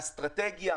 אסטרטגיה,